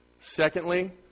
Secondly